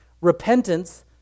repentance